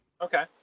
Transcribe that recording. Okay